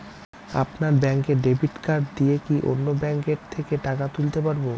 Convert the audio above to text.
আপনার ব্যাংকের debit card দিয়ে কি অন্য ব্যাংকের থেকে টাকা তুলতে পারবো?